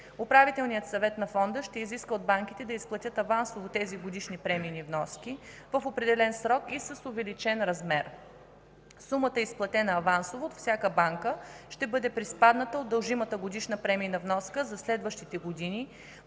Управителният съвет на Фонда ще изисква от банките да изплатят авансово тези годишни премийни вноски в определен срок и с увеличен размер. Сумата, изплатена авансово от всяка банка, ще бъде приспадната от дължимата годишна премийна вноска за следващите години.